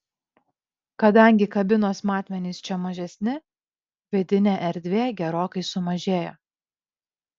kadangi kabinos matmenys čia mažesni vidinė erdvė gerokai sumažėja